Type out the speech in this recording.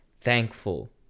thankful